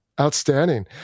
Outstanding